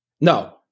no